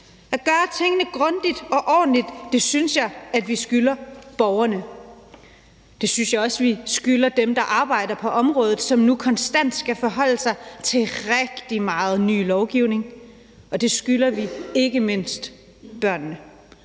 At gøre tingene grundigt og ordentligt synes jeg at vi skylder borgerne. Det synes jeg også vi skylder dem, der arbejder på området, som nu konstant skal forholde sig til rigtig meget ny lovgivning, og det skylder vi ikke mindst børnene.